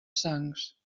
sangs